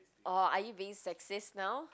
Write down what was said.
or are you being sexist now